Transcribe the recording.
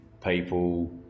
people